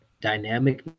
dynamic